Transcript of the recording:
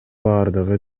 бардыгы